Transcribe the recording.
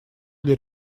для